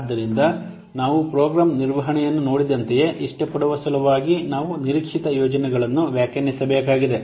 ಆದ್ದರಿಂದ ನಾವು ಪ್ರೋಗ್ರಾಂ ನಿರ್ವಹಣೆಯನ್ನು ನೋಡಿದಂತೆಯೇ ಇಷ್ಟಪಡುವ ಸಲುವಾಗಿ ನಾವು ನಿರೀಕ್ಷಿತ ಪ್ರಯೋಜನಗಳನ್ನು ವ್ಯಾಖ್ಯಾನಿಸಬೇಕಾಗಿದೆ